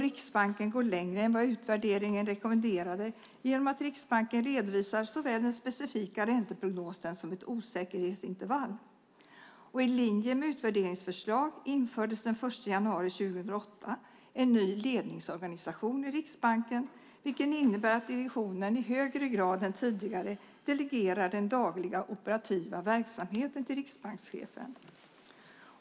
Riksbanken går längre än vad utvärderingen rekommenderade genom att Riksbanken redovisar såväl den specifika ränteprognosen som ett osäkerhetsintervall. I linje med utvärderingens förslag infördes den 1 januari 2008 en ny ledningsorganisation i Riksbanken, vilken innebär att direktionen i högre grad än tidigare delegerar den dagliga operativa verksamheten till riksbankschefen.